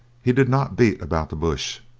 he did not beat about the bush,